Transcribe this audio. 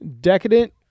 Decadent